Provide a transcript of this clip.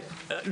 רבותיי,